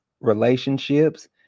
relationships